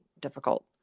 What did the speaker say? difficult